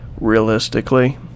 realistically